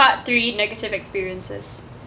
part three negative experiences